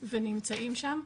ונמצאים שם.